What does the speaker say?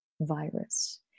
virus